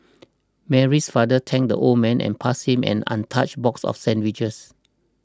Mary's father thanked the old man and passed him an untouched box of sandwiches